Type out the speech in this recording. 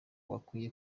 bakwiye